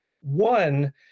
one